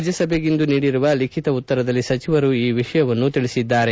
ರಾಜ್ಯಸಭೆಗಿಂದು ನೀಡಿರುವ ಲಿಖಿತ ಉತ್ತರದಲ್ಲಿ ಸಚಿವರು ಈ ವಿಷಯವನ್ನು ತಿಳಿಸಿದ್ದಾರೆ